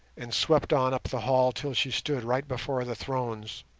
and swept on up the hall till she stood right before the thrones.